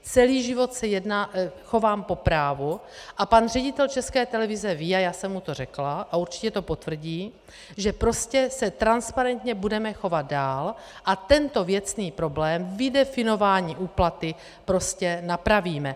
Celý život se chovám po právu a pan ředitel České televize ví, a já jsem mu to řekla a určitě to potvrdí, že se prostě transparentně budeme chovat dál a tento věcný problém vydefinování úplaty prostě napravíme.